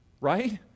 Right